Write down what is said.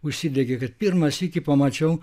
užsidegė kad pirmą sykį pamačiau